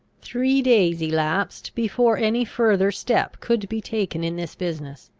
three days elapsed before any further step could be taken in this business.